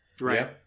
Right